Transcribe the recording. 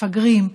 מפגרים,